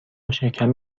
شکم